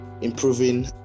improving